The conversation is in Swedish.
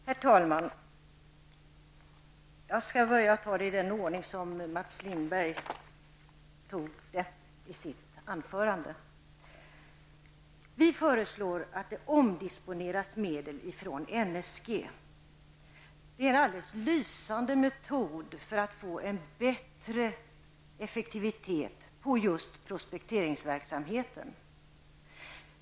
Herr talman! Jag skall ta upp frågorna i den ordning som Mats Lindberg gjorde i sitt anförande. Vi föreslår att medel omdisponeras från NSG. Det är en lysande metod för att få en bättre effektivitet på just prospekteringsverksamheten.